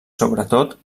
sobretot